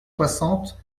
soixante